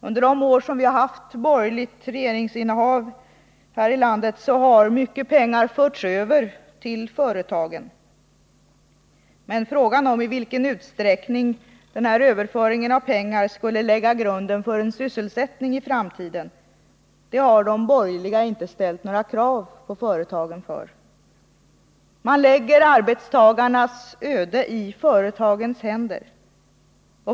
Under de år vi har haft borgerligt regeringsinnehav här i landet har mycket pengar förts över till företagen. Men när det gäller i vilken utsträckning den överföringen av pengar skulle lägga grunden för sysselsättning i framtiden har de borgerliga inte ställt några krav på företagen. De lägger arbetstagarnas öde i företagens händer.